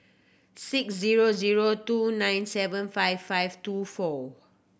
six zero zero two nine seven five five two four